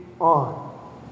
on